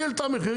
היא העלתה מחיר,